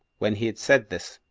when he had said this,